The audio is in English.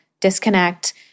disconnect